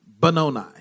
Benoni